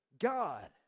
God